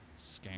Scam